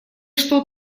что